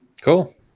Cool